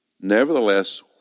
Nevertheless